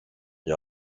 the